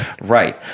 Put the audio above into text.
Right